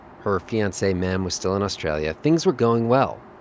her fiance mem was still in australia. things were going well.